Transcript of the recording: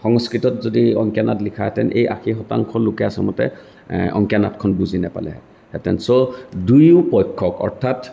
সংস্কৃতত যদি অংকীয়া নাট লিখাহেঁতেন এই আশী শতাংশ লোকে আচলতে অংকীয়া নাটখন বুজি নাপালেহেঁতেন চ' দুয়ো পক্ষ অৰ্থাৎ